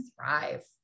thrive